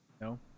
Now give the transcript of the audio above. No